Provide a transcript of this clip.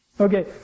Okay